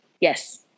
Yes